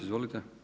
Izvolite.